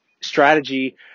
strategy